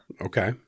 Okay